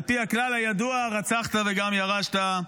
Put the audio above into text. על פי הכלל הידוע: הרצחת וגם ירשת,